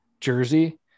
jersey